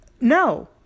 no